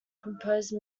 composed